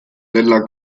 della